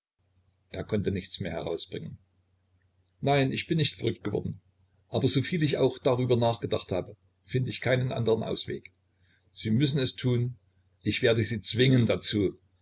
er konnte nichts mehr herausbringen nein ich bin nicht verrückt geworden aber so viel ich auch darüber nachgedacht habe find ich keinen andern ausweg sie müssen es tun ich werde sie zwingen dazu